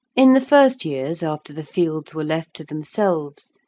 in the first years after the fields were left to themselves,